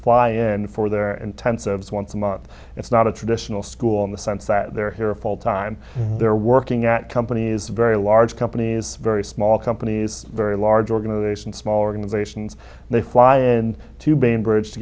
fly in for their intensives once a month it's not a traditional school in the sense that they're here full time they're working at companies very large companies very small companies very large organizations small organizations they fly in to bainbridge to